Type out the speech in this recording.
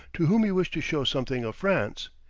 to whom he wished to show something of france.